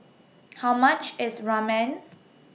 How much IS Ramen